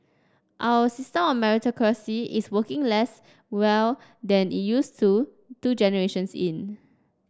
our system of meritocracy is working less well than it used to two generations in